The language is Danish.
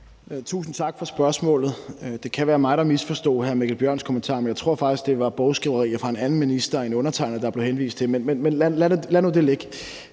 Tusind tak for spørgsmålet. Det kan være mig, der misforstod hr. Mikkel Bjørns kommentar, men jeg tror faktisk, det var bogskriverier af en anden minister end undertegnede, der blev henvist til, men lad nu det ligge;